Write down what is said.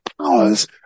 powers